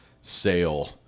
sale